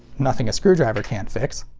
nothing a screwdriver can't fix!